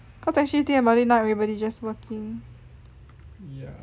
cause actually if you think about it now everybody just working